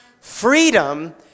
freedom